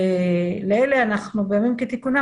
לאלה אנחנו בימים כתיקונם,